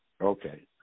Okay